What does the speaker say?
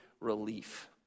relief